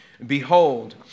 Behold